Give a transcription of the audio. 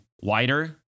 wider